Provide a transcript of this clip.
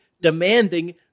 demanding